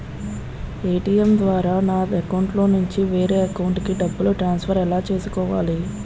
ATM ద్వారా నా అకౌంట్లోనుంచి వేరే అకౌంట్ కి డబ్బులు ట్రాన్సఫర్ ఎలా చేసుకోవాలి?